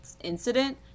incident